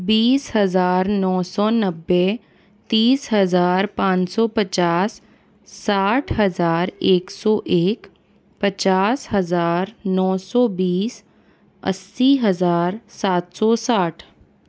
बीस हज़ार नौ सौ नब्बे तीस हज़ार पाँच साै पचास साठ हज़ार एक सौ एक पचास हज़ार नौ सौ बीस अस्सी हज़ार सात सौ साठ